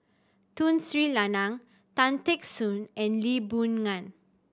Tun Sri Lanang Tan Teck Soon and Lee Boon Ngan